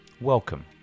Welcome